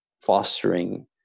fostering